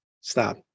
stop